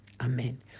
amen